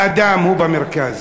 האדם הוא במרכז.